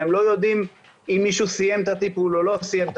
הם לא יודעים אם מישהו סיים או לא סיים.